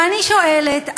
ואני שואלת,